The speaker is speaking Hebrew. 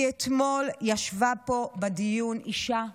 כי אתמול ישבה פה בדיון אישה מאשדוד,